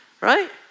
right